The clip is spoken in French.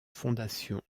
fondation